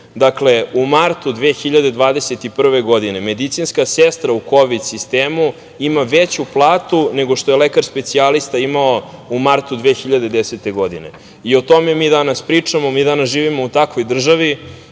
dinara. Dakle, u martu 2021. godine medicinska sestra u kovid sistemu ima veću platu nego što je lekar specijalista imao u martu 2010. godine. O tome mi danas pričamo. Mi danas živimo u takvoj državi,